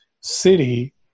city